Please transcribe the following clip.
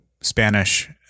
Spanish